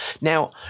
Now